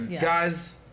guys